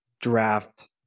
draft